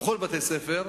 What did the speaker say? בכל בתי-הספר,